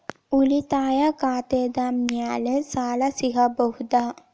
ಉಳಿತಾಯ ಖಾತೆದ ಮ್ಯಾಲೆ ಸಾಲ ಸಿಗಬಹುದಾ?